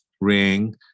Ring